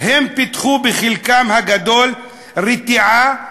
הם פיתחו בחלקם הגדול רתיעה,